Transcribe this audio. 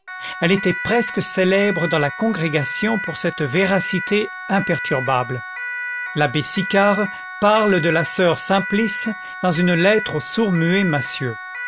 elle était presque célèbre dans la congrégation pour cette véracité imperturbable l'abbé sicard parle de la soeur simplice dans une lettre au sourd muet massieu